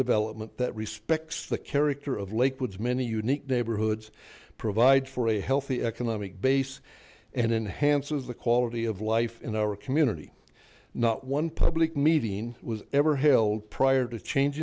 development that respects the character of lakewood many unique neighborhoods provide for a healthy economic base and enhances the quality of life in our community not one public meeting was ever held prior to change